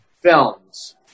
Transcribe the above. films